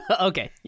Okay